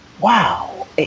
wow